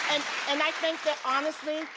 and, i think that, honestly,